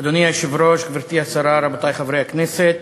אדוני היושב-ראש, גברתי השרה, רבותי חברי הכנסת,